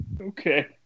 Okay